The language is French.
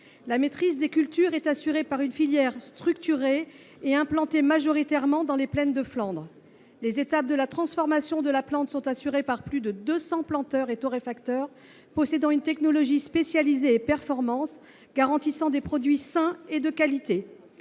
La maîtrise de ces cultures est assurée par une filière structurée, implantée majoritairement dans les plaines de Flandre. Les étapes de transformation de la plante sont réalisées par plus de 200 planteurs et torréfacteurs, possédant une technologie spécialisée et performante, gage de produits sains et de qualité.